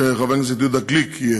חבר הכנסת יהודה גליק.